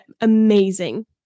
Amazing